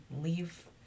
leave